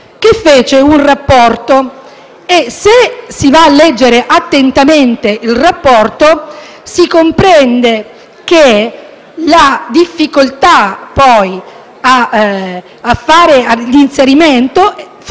che fece un rapporto. Se dunque si va a leggere attentamente tale rapporto, si comprende che la difficoltà dell'inserimento